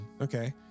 Okay